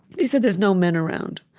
you said there's no men around.